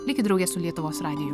likit drauge su lietuvos radiju